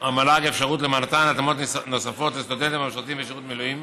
המל"ג אפשרות למתן התאמות נוספות לסטודנטים המשרתים בשירות מילואים